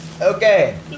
Okay